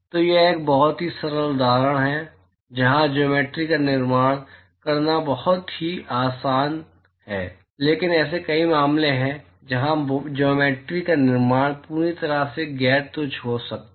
तो यह एक बहुत ही सरल उदाहरण है जहां ज्योमेट्रि का निर्माण करना बहुत आसान है लेकिन ऐसे कई मामले हैं जहां ज्योमेट्रि का निर्माण पूरी तरह से गैर तुच्छ हो सकता है